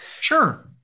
sure